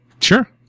Sure